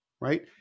right